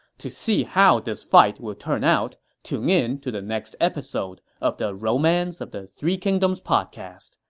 to see how this fight will turn out, tune in to the next episode of the romance of the three kingdoms podcast.